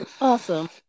Awesome